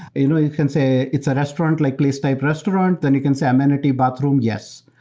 you know you can say it's a restaurant, like place type restaurant, and you can say amenity, bathroom? yes.